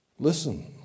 Listen